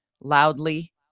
loudly